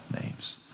names